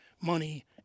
money